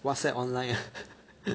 Whatsapp online ah